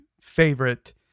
favorite